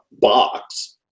box